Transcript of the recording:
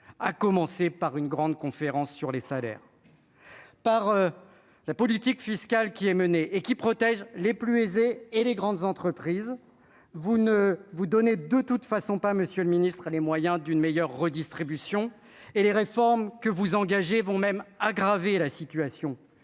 à commencer par une grande conférence sur les salaires par la politique fiscale qui est menée et qui protège les plus aisés et les grandes entreprises, vous ne vous donner de toute façon pas monsieur le ministre, a les moyens d'une meilleure redistribution et les réformes que vous engagez vont même aggravé la situation